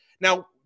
Now